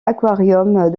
aquariums